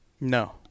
No